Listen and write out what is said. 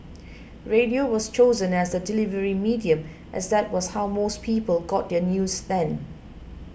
radio was chosen as the delivery medium as that was how most people got their news then